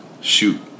shoot